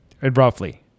Roughly